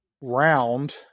round